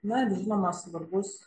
na ir žinoma svarbus